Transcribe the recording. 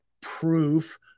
proof